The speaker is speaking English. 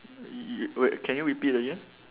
y~ wait can you repeat again